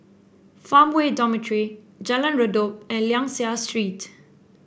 Farmway Dormitory Jalan Redop and Liang Seah Street